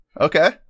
Okay